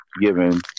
given